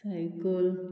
cycle